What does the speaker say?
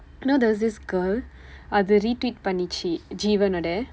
you know there was this girl அது:athu retweet பண்ணிச்சு:pannichsu jeevan வுட:vuda